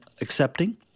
accepting